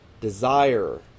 desire